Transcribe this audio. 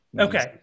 Okay